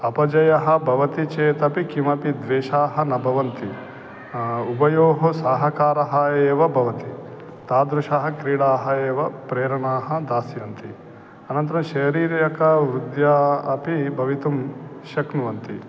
अपजयः भवति चेतपि किमपि द्वेषाः न भवन्ति उभयोः सहकारः एव भवति तादृशाः क्रीडाः एव प्रेरणाः दास्यन्ति अनन्तरं शारीरिकवृद्धिः अपि भवितुं शक्नुवन्ति